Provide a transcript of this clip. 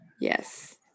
Yes